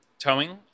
towing